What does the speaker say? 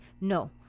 no